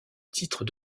titre